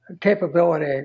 capability